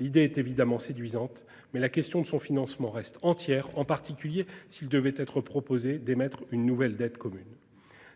L'idée est évidemment séduisante, mais la question de son financement reste entière, en particulier s'il devait être proposé d'émettre une nouvelle dette commune.